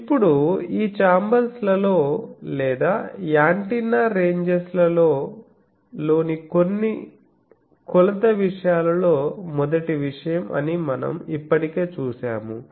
ఇప్పుడుఈ చాంబర్స్ లలో లేదా యాంటెన్నా రెంజెస్ ల లోని కొలత విషయాలలో మొదటి విషయం అని మనం ఇప్పటికే చూశాము